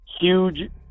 huge